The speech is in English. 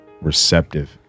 receptive